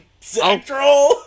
Central